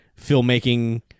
filmmaking